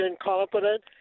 incompetent